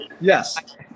Yes